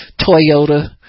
Toyota